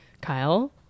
Kyle